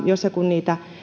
jos ja kun niitä